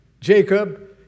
Jacob